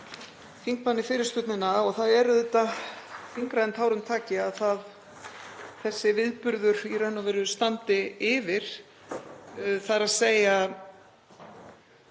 Það er auðvitað þyngra en tárum taki að þessi viðburður í raun og veru standi yfir, þ.e. að